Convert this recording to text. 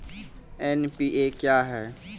NPA क्या हैं?